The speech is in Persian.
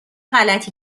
غلطی